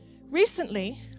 recently